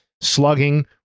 slugging